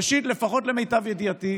ראשית, לפחות למיטב ידיעתי,